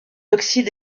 oxyde